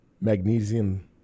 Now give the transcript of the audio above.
magnesium